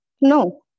No